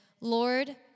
Lord